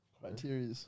criteria